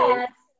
Yes